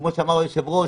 כמו שאמר היושב-ראש,